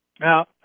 Now